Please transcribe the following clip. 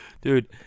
dude